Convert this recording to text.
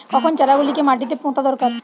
কখন চারা গুলিকে মাটিতে পোঁতা দরকার?